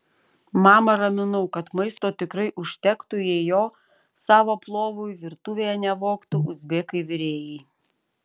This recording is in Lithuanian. mamą raminau kad maisto tikrai užtektų jei jo savo plovui virtuvėje nevogtų uzbekai virėjai